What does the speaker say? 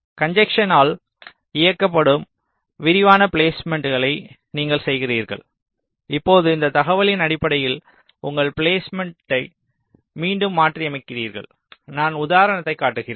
கன்ஜஸ்ஸென்னால் இயக்கப்படும் விரிவான பிலேஸ்மேன்ட்டை நீங்கள் செய்கிறீர்கள் இப்போது இந்த தகவலின் அடிப்படையில் உங்கள் பிலேஸ்மேன்ட்டை மீண்டும் மாற்றியமைக்கிறீர்கள் நான் ஒரு உதாரணத்தைக் காட்டுகிறேன்